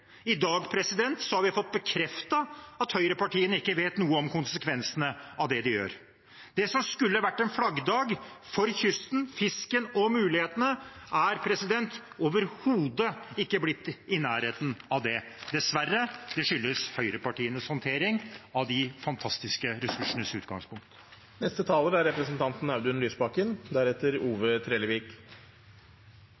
i dag har vi fått bekreftet at høyrepartiene ikke vet noe om konsekvensene av det de gjør. Det som skulle vært en flaggdag for kysten, fisken og mulighetene, er overhodet ikke blitt noe i nærheten av det, dessverre, og det skyldes høyrepartienes håndtering av de fantastiske ressursenes utgangspunkt. Det som skjer her i dag, er